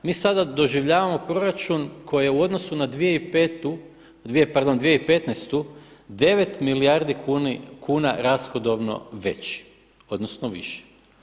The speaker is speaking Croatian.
Mi sada doživljavamo proračun koji je u odnosu na 2015. 9 milijardi kuna rashodovno veći, odnosno viši.